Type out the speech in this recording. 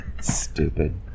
Stupid